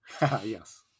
yes